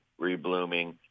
reblooming